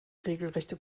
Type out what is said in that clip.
regelrechte